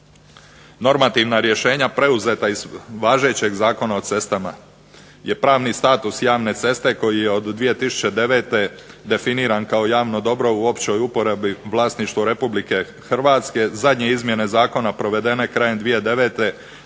Normativna rješenja preuzeta iz važećeg Zakona o cestama je pravni status javne ceste koji je od 2009. definiran kao javno dobro u općoj uporabi vlasništvu Republike Hrvatske zadnje izmjene zakona provedene 2009.